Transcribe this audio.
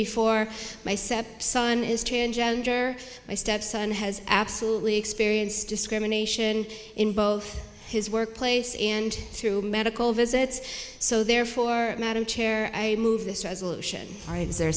before my sept son is to engender my stepson has absolutely experienced discrimination in both his workplace and through medical visits so therefore madam chair i move this resolution